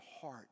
heart